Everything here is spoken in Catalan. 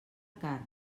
carn